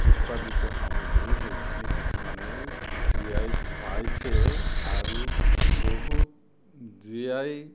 উৎপাদিত সামগ্ৰী সেইখিনি কিছুমানে জি আই পাইছে আৰু বহুত জি আই